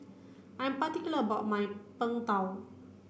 I'm particular about my Png Tao